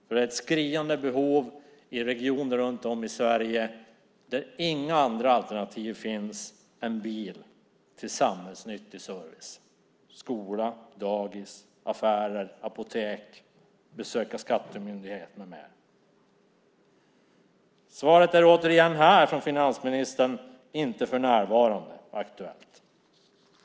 Det finns ett skriande behov i regioner runt om i Sverige där inga andra alternativ finns än bilen när man ska ta sig till samhällsnyttig service som skola, dagis, affärer, apotek, skattemyndigheten. Återigen är svaret från finansministern att avdraget för närvarande inte är aktuellt.